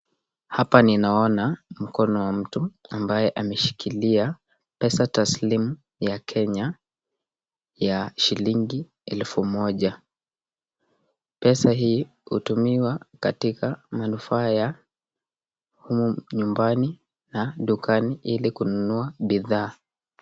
Hapa ninaona mkono wa mtu ambae ameshikilia pesa taslimu ya Kenya ya shilingi elfu moja. Pesa hii hutumiwa katika manufaa ya nyumbani na dukani ili kununua bidhaa.